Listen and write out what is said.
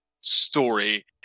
story